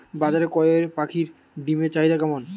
বাজারে কয়ের পাখীর ডিমের চাহিদা কেমন?